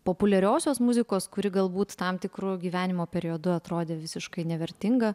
populiariosios muzikos kuri galbūt tam tikru gyvenimo periodu atrodė visiškai nevertinga